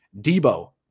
Debo